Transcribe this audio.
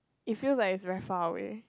it feel like it's very far away